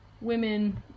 women